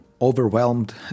overwhelmed